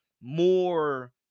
more